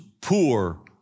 poor